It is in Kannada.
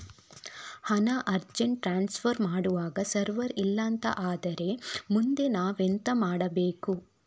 ಹಣ ಅರ್ಜೆಂಟ್ ಟ್ರಾನ್ಸ್ಫರ್ ಮಾಡ್ವಾಗ ಸರ್ವರ್ ಇಲ್ಲಾಂತ ಆದ್ರೆ ಮುಂದೆ ನಾವೆಂತ ಮಾಡ್ಬೇಕು?